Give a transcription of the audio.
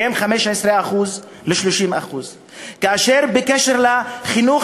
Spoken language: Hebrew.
בין 15% ל-30%; כאשר בקשר לחינוך,